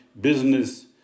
business